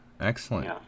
Excellent